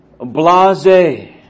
Blase